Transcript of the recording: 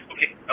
Okay